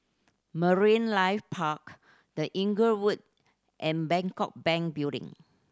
Marine Life Park The Inglewood and Bangkok Bank Building